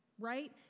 right